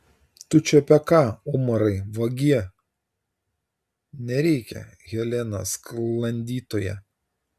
tu čia apie ką umarai vagie nereikia helena sklandytoja